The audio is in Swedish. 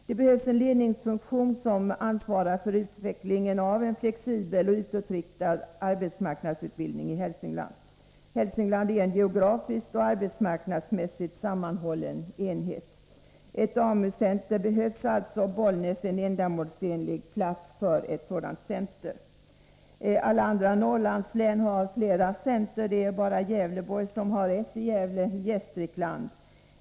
Det behövs en ledningsfunktion som ansvarar för utvecklingen av en flexibel och utåtriktad arbetsmarknadsutbildning i Hälsingland. Hälsingland är en geografiskt och arbetsmarknadsmässigt sammanhållen enhet. Ett AMU-center behövs alltså, och Bollnäs är en ändamålsenlig plats för ett sådant center. Alla andra Norrlandslän har flera centra, det är bara Gävleborgs län som har ett som ligger i Gävle i Gästrikland.